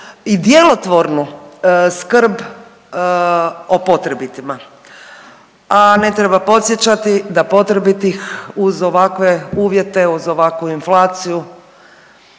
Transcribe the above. i djelotvornu skrb o potrebitima. A ne treba podsjećati da potrebitih uz ovakve uvjete, uz ovakvu inflaciju